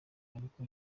ariko